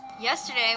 Yesterday